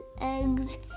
eggs